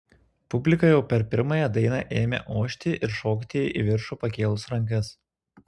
publika jau per pirmąją dainą ėmė ošti ir šokti į viršų pakėlus rankas